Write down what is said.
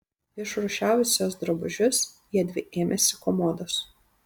išrūšiavusios drabužius jiedvi ėmėsi komodos